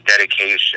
dedication